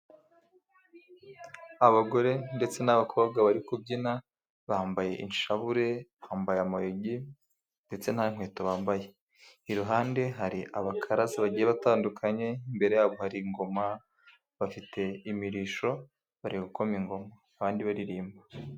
Abagore ndetse n'abakobwa bari kubyina, bambaye inshabure, bambaye amayugi, ndetse nta nkweto bambaye. Iruhande hari abakarasa bagiye batandukanye, imbere yabo hari ingoma bafite imirishyo, bari gukoma ingoma, kandi baririmba.